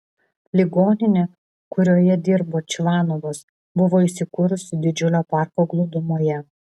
ligoninė kurioje dirbo čvanovas buvo įsikūrusi didžiulio parko glūdumoje